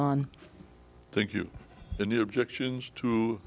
you the new objections to